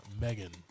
Megan